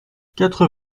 quatre